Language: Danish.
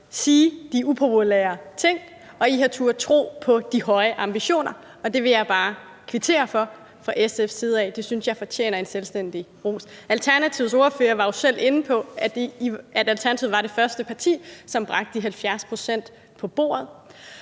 sige de upopulære ting, og I har turdet tro på de høje ambitioner, og det vil jeg bare kvittere for fra SF's side; det synes jeg fortjener en selvstændig ros. Alternativets ordfører var jo selv inde på, at Alternativet var det første parti, som bragte de 70 pct. på bordet.